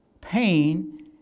pain